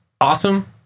awesome